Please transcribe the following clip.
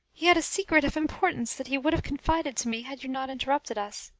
he had a secret of importance that he would have confided to me had you not interrupted us.